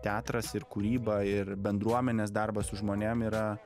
teatras ir kūryba ir bendruomenės darbas su žmonėm yra